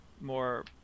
more